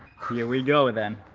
here we go then